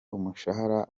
umushahara